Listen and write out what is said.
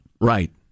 Right